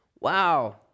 Wow